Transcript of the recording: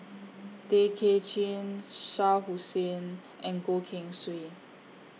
Tay Kay Chin Shah Hussain and Goh Keng Swee